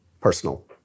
personal